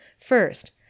First